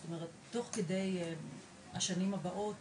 זאת אומרת תוך כדי השנים הבאות